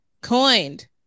coined